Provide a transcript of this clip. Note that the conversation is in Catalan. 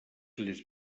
les